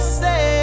say